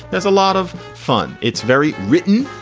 there's a lot of fun. it's very written,